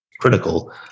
critical